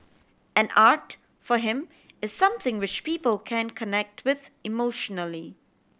and art for him is something which people can connect with emotionally